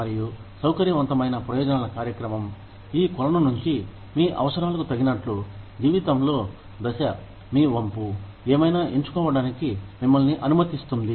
మరియు సౌకర్యవంతమైన ప్రయోజనాల కార్యక్రమం ఈ కొలను నుంచి మీ అవసరాలకు తగినట్లు జీవితంలో దశ మీ వంపు ఏమైనా ఎంచుకోవడానికి మిమ్మల్ని అనుమతిస్తుంది